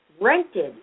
rented